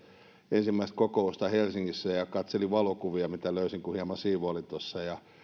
ensimmäistä kokousta helsingissä katselin valokuvia mitä löysin kun hieman siivoilin tuossa